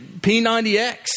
P90X